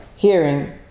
Hearing